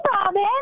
Robin